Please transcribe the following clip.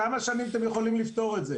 כמה שנים אתם יכולים לפתור את זה?